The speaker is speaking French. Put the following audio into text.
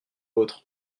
vôtre